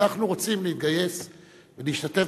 אנחנו רוצים להתגייס ולהשתתף,